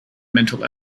mental